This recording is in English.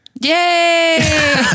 Yay